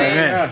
Amen